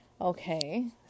okay